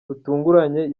rutunguranye